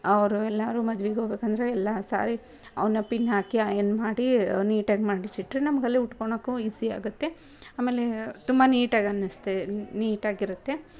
ಅವರು ಎಲ್ಲರೂ ಮದ್ವೆಗ್ ಹೋಗಬೇಕಂದ್ರೆ ಎಲ್ಲ ಸಾರಿ ಅವನ್ನ ಪಿನ್ ಹಾಕಿ ಐಯನ್ ಮಾಡಿ ನೀಟಾಗಿ ಮಡಿಚಿಟ್ರೆ ನಮ್ಗೆ ಅಲ್ಲೇ ಉಟ್ಕೊಳ್ಳೋಕೂ ಈಝಿಯಾಗುತ್ತೆ ಆಮೇಲೆ ತುಂಬ ನೀಟಾಗಿ ಅನ್ನಿಸುತ್ತೆ ನೀಟಾಗಿರುತ್ತೆ